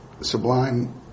sublime